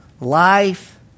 Life